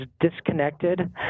disconnected